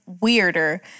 weirder